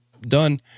done